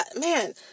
man